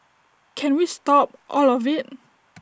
can we stop all of IT